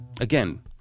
Again